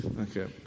Okay